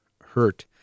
hurt